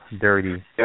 dirty